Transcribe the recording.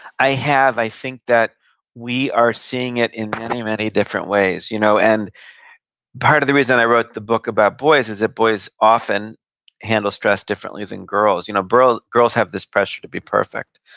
i have. i think that we are seeing it in many, many different ways. you know and part of the reason i wrote the book about boys is that boys often handle stress differently than girls. you know girls girls have this pressure to be perfect,